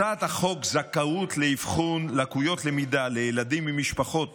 הצעת החוק זכאות לאבחון לקויות למידה לילדים ממשפחות